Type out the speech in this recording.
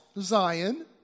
zion